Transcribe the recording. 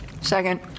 Second